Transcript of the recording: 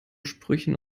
sprüchen